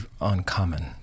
uncommon